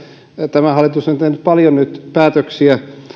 tämä hallitus on tehnyt paljon päätöksiä